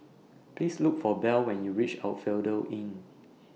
Please Look For Belle when YOU REACH Asphodel Inn